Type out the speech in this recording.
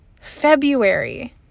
February